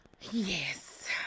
Yes